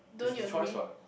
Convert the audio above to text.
is the choice what